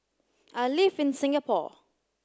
I live in Singapore